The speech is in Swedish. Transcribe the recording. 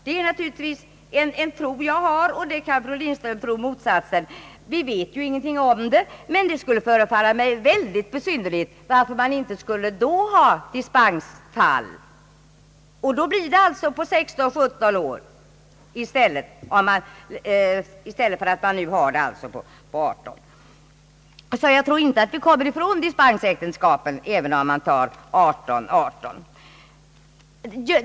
Det är naturligtvis en tro jag har, och fru Lindström kan tro motsatsen, ty vi vet ingenting om detta, men det skulle förefalla mig väldigt besynnerligt om det inte blev några dispensfall i framtiden. Jag tror sålunda inte att vi kommer ifrån dispensäktenskapen, även om vi bestämmer oss för alternativet 18—18.